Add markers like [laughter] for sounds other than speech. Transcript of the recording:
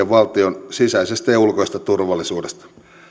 [unintelligible] valtion sisäisestä ja ulkoisesta turvallisuudesta